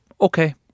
Okay